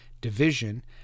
division